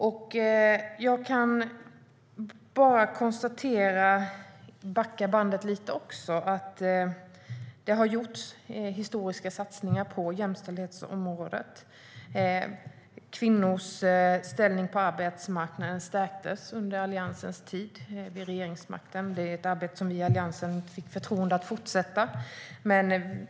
Låt mig backa bandet lite. Det har gjorts historiska satsningar på jämställdhetsområdet. Kvinnors ställning på arbetsmarknaden stärktes under Alliansens tid vid regeringsmakten. Det är ett arbete som vi i Alliansen fick förtroende att fortsätta med.